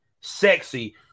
sexy